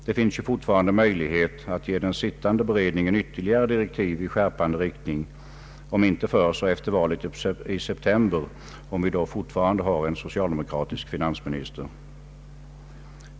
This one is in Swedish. Det finns ju fortfarande möjlighet att ge den sittande beredningen ytterligare direktiv i skärpande riktning, om inte förr så efter valet i september, om vi då fortfarande har en socialdemokratisk finansminister.